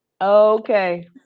Okay